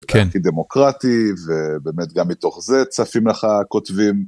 דמוקרטי ובאמת גם מתוך זה צפים לך כותבים.